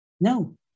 No